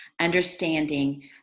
understanding